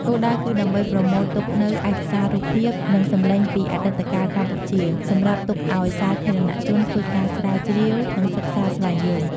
គោលដៅគឺដើម្បីប្រមូលទុកនូវឯកសាររូបភាព និងសំឡេងពីអតីតកាលកម្ពុជា សម្រាប់ទុកឱ្យសាធារណជនធ្វើការស្រាវជ្រាវ និងសិក្សាស្វែងយល់